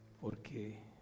Porque